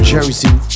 Jersey